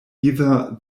either